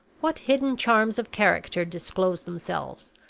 what hidden charms of character disclose themselves,